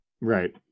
right